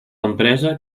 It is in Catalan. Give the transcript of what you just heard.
empresa